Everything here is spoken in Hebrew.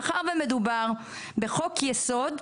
מאחר ומדובר בחוק-יסוד,